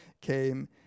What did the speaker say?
came